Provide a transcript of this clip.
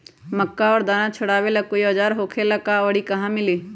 मक्का के दाना छोराबेला कोई औजार होखेला का और इ कहा मिली?